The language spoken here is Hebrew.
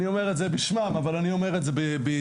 אני אומר את זה בשמם, אבל אומר את זה בידיעה.